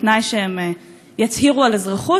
בתנאי שהם יצהירו על אזרחות.